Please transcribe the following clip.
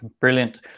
Brilliant